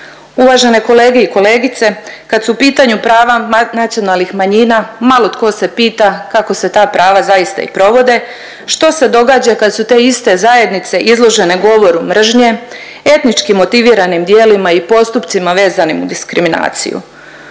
Uvažene kolege i kolegice kad su u pitanju prava nacionalnih manjina malo tko se pita kako se ta prava zaista i provode, što se događa kad su te iste zajednice izložene govoru mržnje, etnički motiviranim djelima i postupcima vezanim uz diskriminaciju.